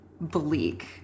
bleak